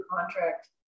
contract